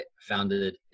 founded